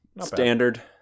standard